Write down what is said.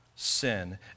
Sin